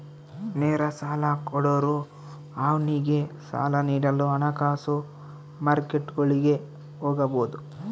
ನೇರ ಸಾಲ ಕೊಡೋರು ಅವ್ನಿಗೆ ಸಾಲ ನೀಡಲು ಹಣಕಾಸು ಮಾರ್ಕೆಟ್ಗುಳಿಗೆ ಹೋಗಬೊದು